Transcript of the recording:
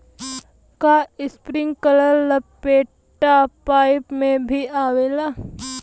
का इस्प्रिंकलर लपेटा पाइप में भी आवेला?